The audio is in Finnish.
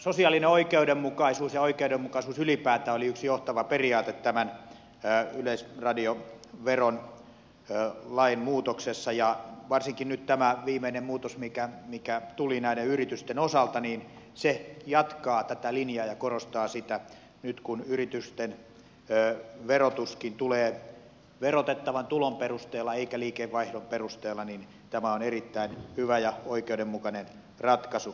sosiaalinen oikeudenmukaisuus ja oikeudenmukaisuus ylipäätään oli yksi johtava periaate tämän yleisradioveroa koskevan lain muutoksessa ja varsinkin nyt tämä viimeinen muutos mikä tuli näiden yritysten osalta jatkaa tätä linjaa ja korostaa sitä nyt kun yritysten verotuskin tulee verotettavan tulon perusteella eikä liikevaihdon perusteella niin että tämä on erittäin hyvä ja oikeudenmukainen ratkaisu